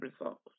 results